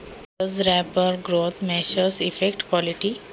जलद वाढीच्या उपायाचा गुणवत्तेवर परिणाम होतो का?